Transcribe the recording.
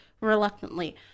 reluctantly